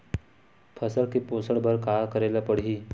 फसल के पोषण बर का करेला पढ़ही?